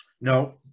No